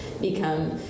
become